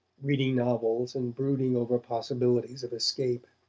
reading novels and brooding over possibilities of escape.